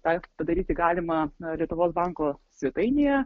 tą padaryti galima lietuvos banko svetainėje